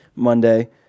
Monday